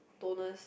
toners